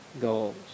goals